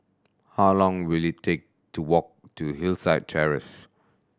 how long will it take to walk to Hillside Terrace